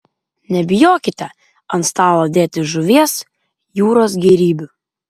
nebijokite ant stalo dėti žuvies jūros gėrybių